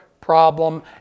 problem